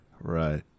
Right